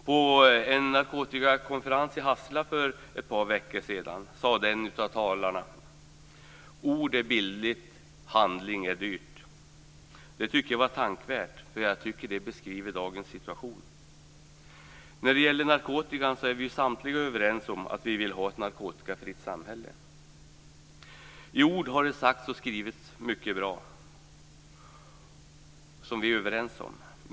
På en narkotikakonferens i Hassela för ett par veckor sedan sade en av talarna att "ord är billigt, handling är dyrt". Det är tänkvärt, därför att det beskriver dagens situation. När det gäller narkotikan är vi samtliga överens om att vi vill ha ett narkotikafritt samhälle. I ord har det sagts och skrivits mycket bra, som vi är överens om.